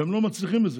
והם לא מצליחים בזה,